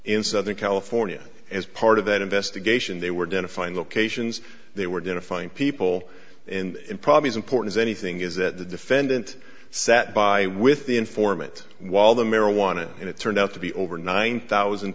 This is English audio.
southern california as part of that investigation they were didn't find locations they were going to find people and probably as important as anything is that the defendant sat by with the informant while the marijuana and it turned out to be over nine thousand